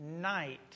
night